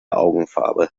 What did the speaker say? augenfarbe